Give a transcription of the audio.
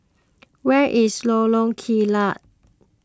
where is Lorong Kilat